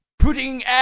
putting